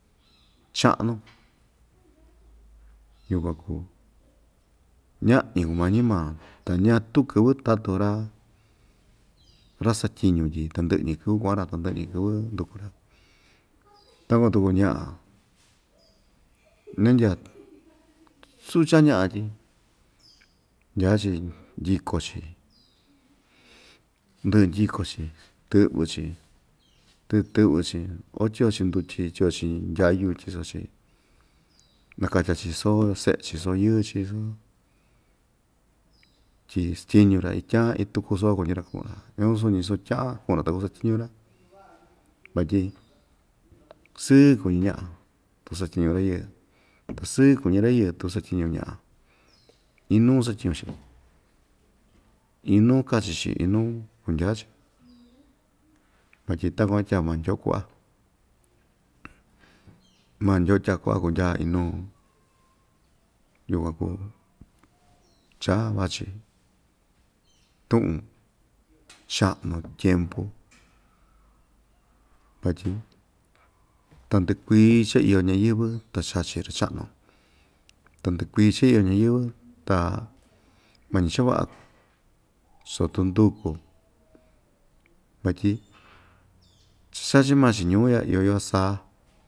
Chaꞌnu yukuan kuu ñaꞌñi kumañi maa ta ñatu kɨvɨ tatu ra ra‑satyiñu tyi tandɨꞌɨ‑ñi kɨvɨ kuaꞌan‑ra tandɨꞌɨ‑ñi kɨvɨ nduku‑ra takuan tuku ñaꞌa ndya suchan ñaꞌa tyi ndyaa‑chi ndyiko‑chi ndɨꞌɨ ndyiko‑chi tɨꞌvɨ‑chi ndɨꞌɨ tɨꞌvɨ‑chi kua tyiso‑chi ndutyi tyiso‑chi ndyayu tyiso‑chi nakatya‑chi soo seꞌe‑chi soo yɨɨ‑chi soo tyi styiñu‑ra ityan iin tuku soo kuñi‑ra kuꞌu‑ra ñasuu suñi soo tyaꞌan kuꞌu‑ra ta kusatyiñu‑ra vatyi sɨɨ kuñi ñaꞌa tu satyiñu rayɨɨ ta sɨɨ kuñi rayɨɨ tu satyiñu ñaꞌa iin nuu satyiñu‑chi inuu kachi‑chi inuu kundya‑chi vatyi takuan ityaa maa ndyoo kuaꞌa maa ndyoo itya kuaꞌa o inuu yukuan kuu cha vachi tuꞌun chaꞌnu tyempu vatyi tandɨꞌɨ kui cha iyo ñayɨ́vɨ́ ta chachi ra‑chaꞌnu tandɨꞌɨ kui cha iyo ñayɨ́vɨ́ ta mañi cha vaꞌa kuu so tu nduku‑yo vatyi cha chachi maa‑chi nuu‑ya iyo yuva saa.